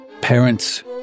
Parents